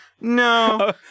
No